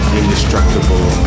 indestructible